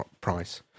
price